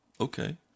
Okay